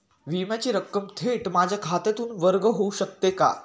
विम्याची रक्कम थेट माझ्या खात्यातून वर्ग होऊ शकते का?